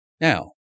Now